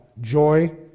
joy